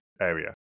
area